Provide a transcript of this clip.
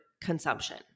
consumption